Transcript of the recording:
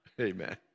amen